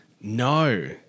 No